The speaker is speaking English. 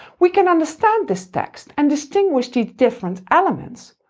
we can understand this text and distinguish these different elements,